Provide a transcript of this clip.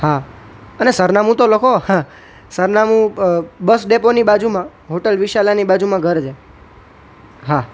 હા અને સરનામું તો લખો સરનામું બસ ડેપોની બાજુમાં હોટલ વિશાલાની બાજુમાં ઘર જે હા